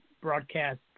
broadcast